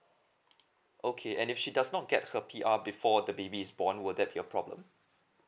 okay and if she does not get her P_R before the baby is born were that be a problem